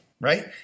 Right